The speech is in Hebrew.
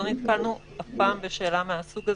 לא נתקלנו אף פעם בשאלה מהסוג הזה,